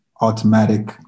automatic